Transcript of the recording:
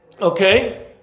Okay